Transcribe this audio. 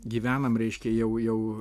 gyvenam reiškia jau jau